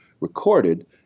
recorded